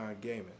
gaming